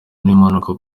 n’impanuka